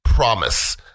promise